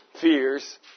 fears